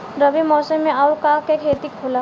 रबी मौसम में आऊर का का के खेती होला?